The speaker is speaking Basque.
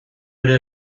ere